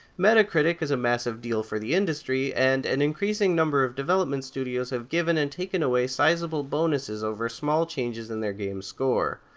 metacritic is a massive deal for the industry, and an increasing number of development studios have given and taken away sizable bonuses over small changes in their game's score.